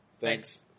Thanks